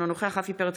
אינו נוכח רפי פרץ,